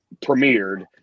premiered